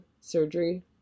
surgery